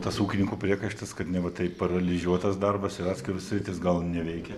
tas ūkininkų priekaištas kad neva taip paralyžiuotas darbas ir atskiros sritys gal neveikia